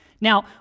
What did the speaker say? Now